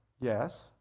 Yes